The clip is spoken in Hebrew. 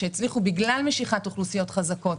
שהצליחו בגלל משיכת אוכלוסיות חזקות